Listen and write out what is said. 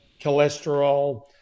cholesterol